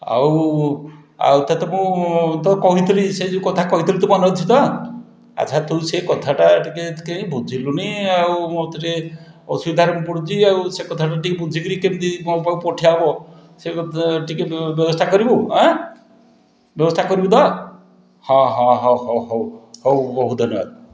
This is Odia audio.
ଆଉ ଆଉ ତୋତେ ମୁଁ ତ କହିଥିଲି ସେ ଯେଉଁ କଥା କହିଥିଲି ତୁ ମନେ ଅଛି ତ ଆଚ୍ଛା ତୁ ସେ କଥାଟା ଟିକିଏ କି ବୁଝିଲୁନି ଆଉ ମୋତେ ଟିକିଏ ଅସୁବିଧାରେ ମୁଁ ପଡ଼ୁଛି ଆଉ ସେ କଥାଟା ଟିକିଏ ବୁଝିକରି କେମିତି ମୋ ପାଖକୁ ପଠା ହବ ସେ କଥା ଟିକିଏ ବ୍ୟବସ୍ଥା କରିବୁ ଆଁ ବ୍ୟବସ୍ଥା କରିବୁ ତ ହଁ ହଁ ହଁ ହଉ ହଉ ହଉ ହଉ ବହୁତ ଧନ୍ୟବାଦ